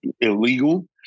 illegal